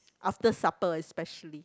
after supper especially